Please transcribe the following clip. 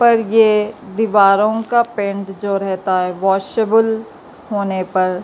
پر یہ دیواروں کا پینٹ جو رہتا ہے واشبل ہونے پر